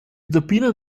turbinen